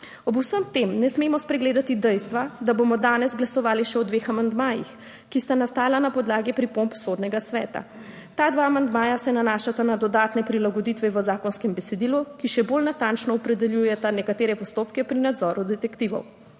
Ob vsem tem ne smemo spregledati dejstva, da bomo danes glasovali še o dveh amandmajih, ki sta nastala na podlagi pripomb Sodnega sveta. Ta dva amandmaja se nanašata na dodatne prilagoditve v zakonskem besedilu in še bolj natančno opredeljujeta nekatere postopke pri nadzoru detektivov.